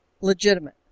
legitimate